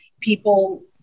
people